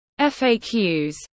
FAQs